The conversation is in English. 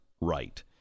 right